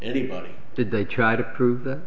anybody did they try to prove that